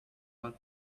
but